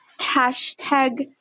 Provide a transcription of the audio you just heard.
hashtag